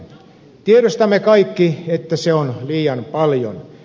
tiedostamme kaikki että se on liian paljon